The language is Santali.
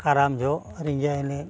ᱠᱟᱨᱟᱢ ᱡᱚᱦᱚᱜ ᱨᱤᱡᱷᱟᱹ ᱮᱱᱮᱡ